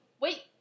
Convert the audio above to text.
Wait